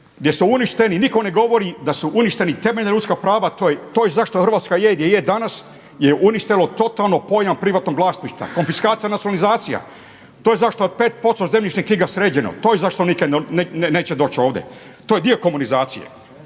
gdje su uništeni i nitko ne govori da su uništeni temeljna ljudska prava, to je zašto Hrvatska je gdje je danas, je uništilo totalno pojam privatnog vlasništva, konfiskacija, nacionalizacija. To je zašto 5% zemljišnih knjiga sređeno, to je zašto nikada neće doći ovdje. To je dio ….